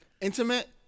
Intimate